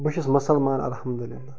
بہٕ چھُس مسلمان الحمدُ اللہ